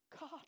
God